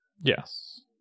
Yes